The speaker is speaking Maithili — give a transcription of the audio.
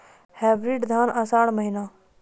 हाइब्रिड धान आषाढ़ महीना?